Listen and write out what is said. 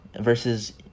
versus